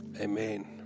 Amen